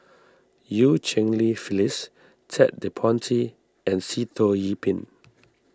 Eu Cheng Li Phyllis Ted De Ponti and Sitoh Yih Pin